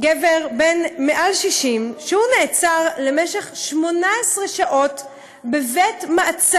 גבר בן מעל 60, נעצר למשך 18 שעות בבית-מעצר,